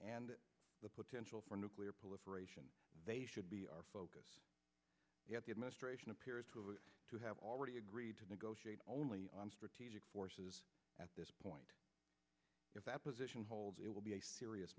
and the potential for nuclear proliferation they should be our focus at the administration appears to have already agreed to negotiate only strategic forces at this point if that position holds it will be a serious